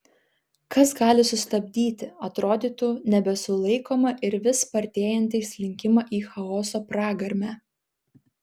kas gali sustabdyti atrodytų nebesulaikomą ir vis spartėjantį slinkimą į chaoso pragarmę